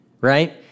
right